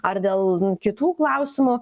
ar dėl kitų klausimų